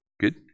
Good